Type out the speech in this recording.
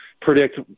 predict